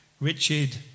Richard